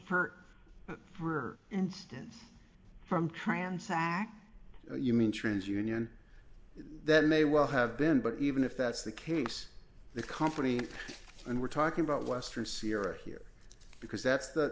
her for instance from transact you mean trans union that may well have been but even if that's the case the company and we're talking about western spirit here because that's th